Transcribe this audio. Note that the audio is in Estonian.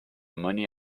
mõni